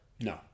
No